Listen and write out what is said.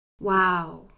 Wow